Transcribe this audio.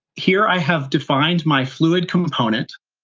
here, i have defined my fluid component,